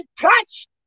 touched